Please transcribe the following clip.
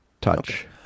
touch